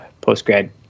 post-grad